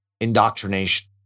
indoctrination